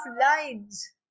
lines